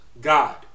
God